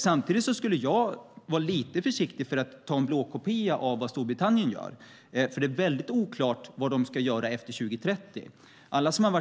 Samtidigt skulle jag vara lite försiktig med att ta en blåkopia av vad Storbritannien gör. Det är oklart vad landet ska göra efter 2030. Alla som har